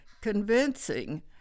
convincing